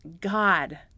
God